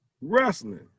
Wrestling